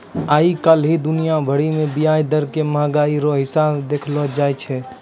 आइ काल्हि दुनिया भरि मे ब्याज दर के मंहगाइ रो हिसाब से देखलो जाय छै